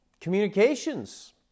communications